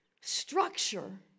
structure